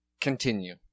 Continue